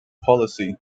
policy